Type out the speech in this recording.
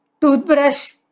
Toothbrush